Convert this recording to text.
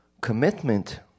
commitment